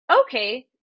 okay